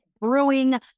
brewing